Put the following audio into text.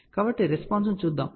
కాబట్టి రెస్పాన్స్ ను చూద్దాం